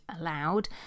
allowed